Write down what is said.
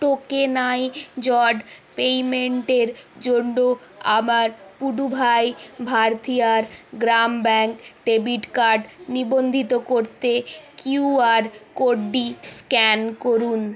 tokenised পেইমেন্টের জন্য আমার Puduvai Bharathiar Grama bank debit card নিবন্ধিত করতে কিউআর কোডটি স্ক্যান করুন